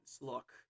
look